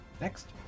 Next